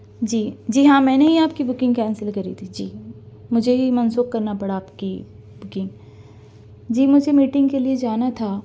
جی جی ہاں میں نے ہی آپ کی بکنگ کینسل کری تھی جی مجھے یہ منسوخ کرنا پڑا آپ کی بکنگ جی مجھے میٹنگ کے لیے جانا تھا